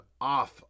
off